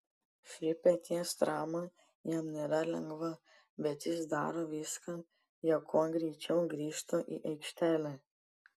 ši peties trauma jam nėra lengva bet jis daro viską jog kuo greičiau grįžtų į aikštelę